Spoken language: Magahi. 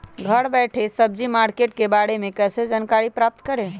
घर बैठे सब्जी मार्केट के बारे में कैसे जानकारी प्राप्त करें?